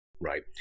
Right